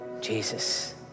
Jesus